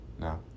No